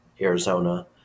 Arizona